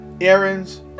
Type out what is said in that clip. errands